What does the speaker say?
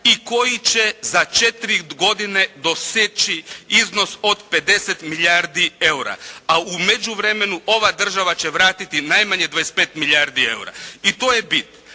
i koji će za 4 godine doseći iznos od 50 milijardi EUR-a, a u međuvremenu ova država će vratiti najmanje 25 milijardi EUR-a. I to je bit.